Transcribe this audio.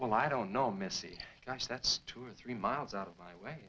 well i don't know missy gosh that's two or three miles out of my way